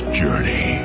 journey